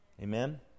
Amen